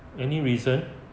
any reason